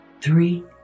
three